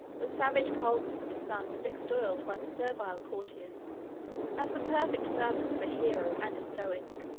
the savage coldness of his son was extolled by the servile courtiers as the perfect firmness of a hero and a stoic.